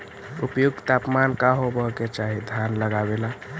उपयुक्त तापमान का होबे के चाही धान लगावे ला?